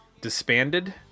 disbanded